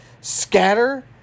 scatter